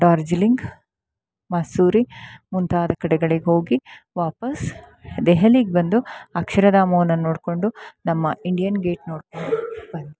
ಡಾರ್ಜಲಿಂಗ್ ಮಸೂರಿ ಮುಂತಾದ ಕಡೆಗಳಿಗೆ ಹೋಗಿ ವಾಪಾಸ್ ದೆಹಲಿಗೆ ಬಂದು ಅಕ್ಷರಧಾಮವನ್ನ ನೋಡಿಕೊಂಡು ನಮ್ಮ ಇಂಡಿಯನ್ ಗೇಟ್ ನೋಡ್ಕೊಂಡು ಬಂದ್ವಿ